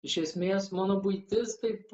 iš esmės mano buitis taip